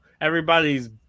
everybody's